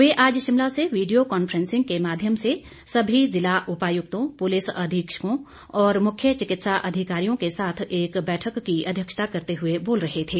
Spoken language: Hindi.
वे आज शिमला से वीडियो कॉन्फ्रेंसिंग के माध्यम से सभी ज़िला उपायुक्तों पुलिस अधीक्षकों और मुख्य चिकित्सा अधिकारियों के साथ एक बैठक की अध्यक्षता करते हुए बोल रहे थे